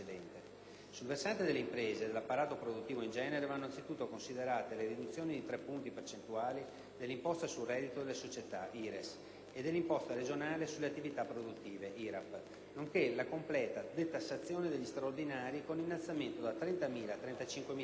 Sul versante delle imprese e dell'apparato produttivo in genere, vanno anzitutto considerate le riduzioni di tre punti percentuali dell'imposta sul reddito delle società (IRES) e dell'imposta regionale sulle attività produttive (IRAP), nonché la completa detassazione degli straordinari, con innalzamento da 30.000 a 35.000 euro